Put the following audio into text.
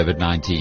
COVID-19